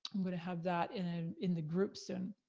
i'm gonna have that in ah in the group soon.